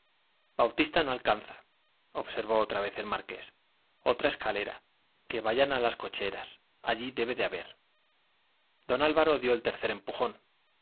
bautista no alcanza observó otra vez el marqués otra escalera que vayan a las cocheras allí debe de haber don álvaro dio el tercer empujón